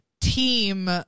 team